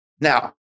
now